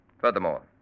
Furthermore